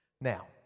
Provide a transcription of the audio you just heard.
Now